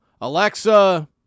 Alexa